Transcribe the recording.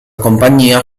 compagnia